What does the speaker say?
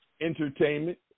entertainment